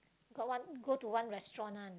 got one go to one restaurant one